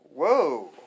whoa